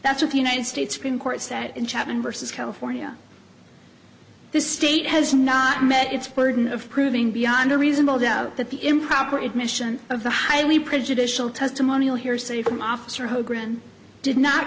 that's what the united states supreme court sat in chapman versus california this state has not met its burden of proving beyond a reasonable doubt that the improper admission of the highly prejudicial testimonial hearsay from officer ho grand did not